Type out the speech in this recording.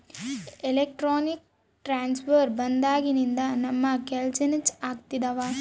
electronic transfer ಬಂದಾಗಿನಿಂದ ನಮ್ ಕೆಲ್ಸ ಜಲ್ದಿ ಆಗ್ತಿದವ